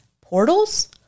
Portals